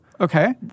Okay